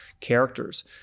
characters